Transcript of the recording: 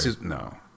No